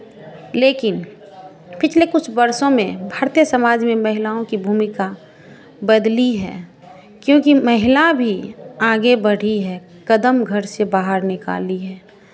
लेकिन पिछले कुछ वर्षों में भारतीय समाज में महिलाओं की भूमिका बदली है क्योंकि महिला भी आगे बढ़ी है कदम घर से बाहर से निकाली है